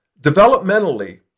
developmentally